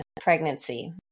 pregnancy